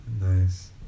nice